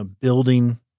building